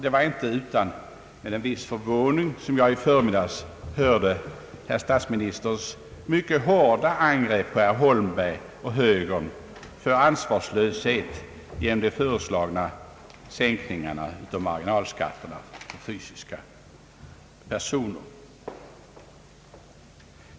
Det var inte utan en vis förvåning som jag i förmiddags hörde herr statsministerns mycket hårda angrepp på herr Holmberg och högern för ansvarslöshet genom de föreslagna sänkningarna av marginalskatterna för fysiska personer.